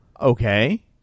Okay